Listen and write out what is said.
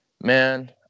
man-